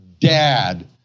dad